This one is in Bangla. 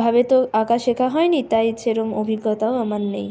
ভাবে তো আঁকা শেখা হয়নি তাই সেরকম অভিজ্ঞতাও আমার নেই